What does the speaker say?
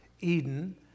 Eden